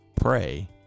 pray